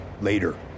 Later